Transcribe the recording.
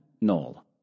null